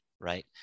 right